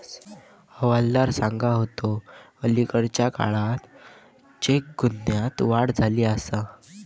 हवालदार सांगा होतो, अलीकडल्या काळात चेक गुन्ह्यांत वाढ झाली आसा